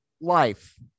life